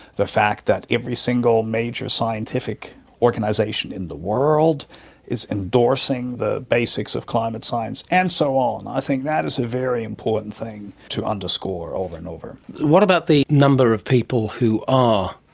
the fact that every single major scientific organisation in the world is endorsing the basics of climate science, and so on. i think that is a very important thing to underscore over and over. and what about the number of people who are,